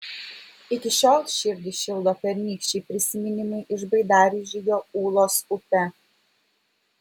iki šiol širdį šildo pernykščiai prisiminimai iš baidarių žygio ūlos upe